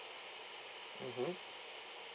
mmhmm